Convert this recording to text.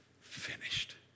finished